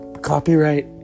Copyright